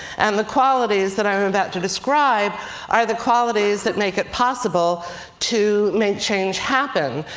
and the qualities that i'm about to describe are the qualities that make it possible to make change happen.